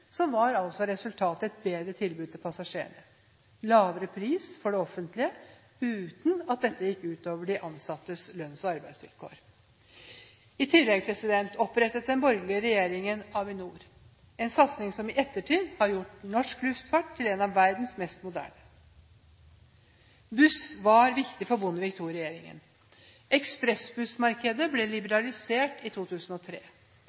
var resultatet et bedre tilbud til passasjerene og lavere pris for det offentlige uten at dette gikk ut over de ansattes lønns- og arbeidsvilkår. I tillegg opprettet den borgerlige regjeringen Avinor – en satsing som i ettertid har gjort norsk luftfart til en av verdens mest moderne. Buss var viktig for Bondevik II-regjeringen. Ekspressbussmarkedet ble